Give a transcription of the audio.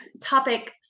topic